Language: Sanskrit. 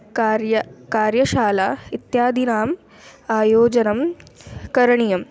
कार्यं कार्यशाला इत्यादीनाम् आयोजनं करणीयम्